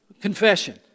confession